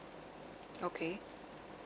okay